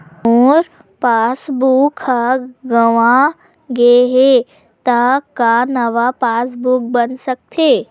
मोर passbook ह गंवा गे हे त का नवा पास बुक बन सकथे?